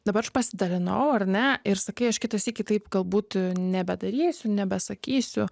dabar aš pasidalinau ar ne ir sakai aš kitą sykį taip galbūt nebedarysiu nebesakysiu